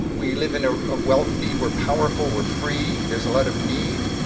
we live in ah a wealthy, we're powerful, we're free. there's a lot of need.